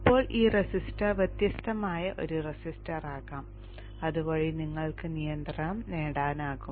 ഇപ്പോൾ ഈ റെസിസ്റ്റർ വ്യത്യസ്തമായ ഒരു റെസിസ്റ്ററാകാം അതുവഴി നിങ്ങൾക്ക് നിയന്ത്രണം നേടാനാകും